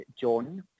John